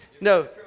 No